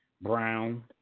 Brown